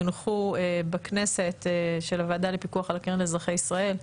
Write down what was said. יונחו בכנסת של הוועדה לפיקוח על הקרן לאזרחי ישראל.